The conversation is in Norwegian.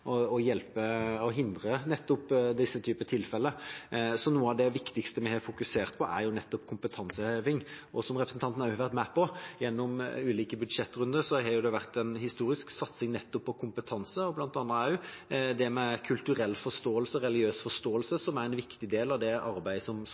og hindre nettopp den typen tilfeller. Noe av det viktigste vi har fokusert på, er kompetanseheving. Som representanten også har vært med på gjennom ulike budsjettrunder, har det vært en historisk satsing på nettopp kompetanse og bl.a. også det med kulturell og religiøs forståelse, som